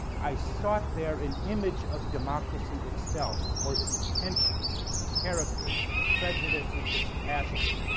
i sought there an image of democracy itself or its penchants, its characters, its prejudices, its passions.